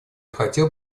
хотел